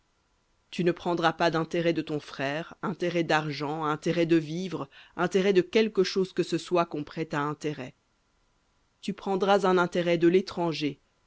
tu ne prendras pas d'intérêt de ton frère intérêt d'argent intérêt de vivres intérêt de quelque chose que ce soit qu'on prête à intérêt tu prendras un intérêt de l'étranger